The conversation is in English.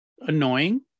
Annoying